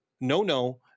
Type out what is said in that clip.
no-no